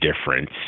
difference